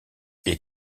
est